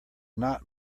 not